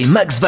Max